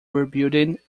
rebuilding